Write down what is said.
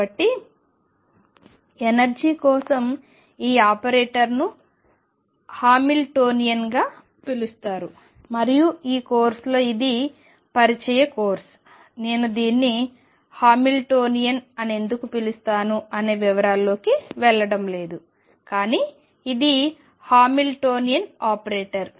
కాబట్టిఎనర్జీ కోసం ఈ ఆపరేటర్ను హామిల్టోనియన్ అని పిలుస్తారు మరియు ఈ కోర్సులో ఇది పరిచయ కోర్సు నేను దీన్ని హామిల్టోనియన్ అని ఎందుకు పిలుస్తాను అనే వివరాలలోకి వెళ్లడం లేదు కానీ ఇది హామిల్టోనియన్ ఆపరేటర్